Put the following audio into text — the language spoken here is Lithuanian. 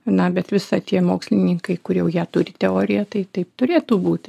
na bet visa tie mokslininkai kur jau turi teoriją tai taip turėtų būti